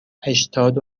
هشتاد